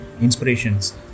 inspirations